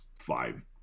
five